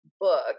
book